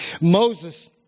Moses